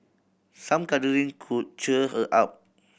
some cuddling could cheer her up